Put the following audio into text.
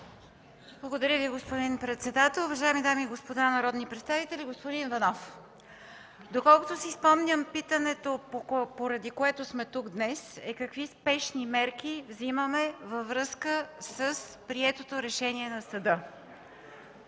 Благодаря, господин председател. Уважаеми дами и господа народни представители! Господин Иванов, доколкото си спомням, питането, поради което сме тук днес, е какви спешни мерки вземаме във връзка с приетото решение на съда?